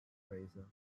fraser